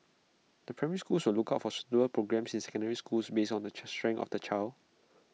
the primary schools will look out for suitable programmes in secondary schools based on the strengths of the child